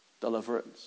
deliverance